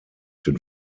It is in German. den